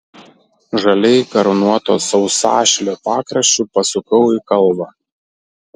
žaliai karūnuoto sausašilio pakraščiu pasukau į kalvą